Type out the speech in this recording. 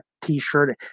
t-shirt